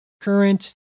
current